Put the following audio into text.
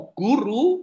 guru